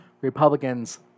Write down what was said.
Republicans